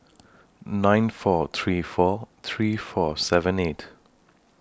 nine four three four three four seven eight